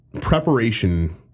preparation